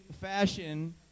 fashion